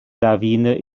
lawine